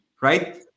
right